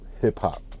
hip-hop